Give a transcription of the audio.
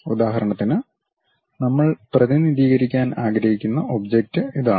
ഉദാഹരണത്തിന് നമ്മൾ പ്രതിനിധീകരിക്കാൻ ആഗ്രഹിക്കുന്ന ഒബ്ജക്റ്റ് ഇതാണ്